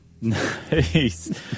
Nice